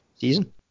season